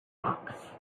hawks